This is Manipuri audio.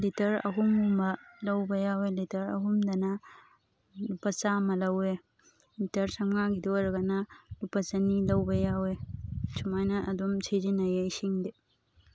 ꯂꯤꯇꯔ ꯑꯍꯨꯝꯒꯨꯝꯕ ꯂꯧꯕ ꯌꯥꯎꯋꯦ ꯂꯤꯇꯔ ꯑꯍꯨꯝꯗꯅ ꯂꯨꯄꯥ ꯆꯥꯝꯃ ꯂꯧꯋꯦ ꯂꯤꯇꯔ ꯆꯥꯝꯃꯉꯥꯒꯤꯗ ꯑꯣꯏꯔꯒꯅ ꯂꯨꯄꯥ ꯆꯅꯤ ꯂꯧꯕ ꯌꯥꯎꯋꯦ ꯁꯨꯃꯥꯏꯅ ꯑꯗꯨꯝ ꯁꯤꯖꯤꯟꯅꯩꯌꯦ ꯏꯁꯤꯡꯗꯤ